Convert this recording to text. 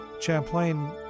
Champlain